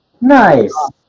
Nice